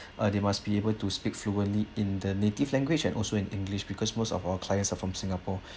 uh they must be able to speak fluently in the native language and also in english because most of our clients are from singapore